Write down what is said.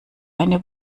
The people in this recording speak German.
eine